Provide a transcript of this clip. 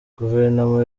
guverinoma